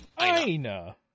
Aina